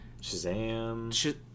Shazam